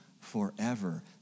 forever